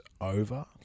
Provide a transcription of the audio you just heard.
over